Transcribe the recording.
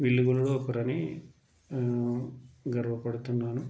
వీళ్ళు కూడా ఒకరని గర్వపడుతున్నాను